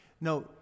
no